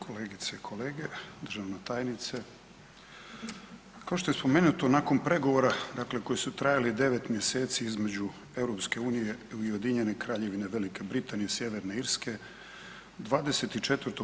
Kolegice i kolege, državna tajnice, kao što je i spomenuto nakon pregovora dakle koji su trajali 9 mjeseci između EU i Ujedinjene Kraljevine Velike Britanije i Sjeverne Irske, 24.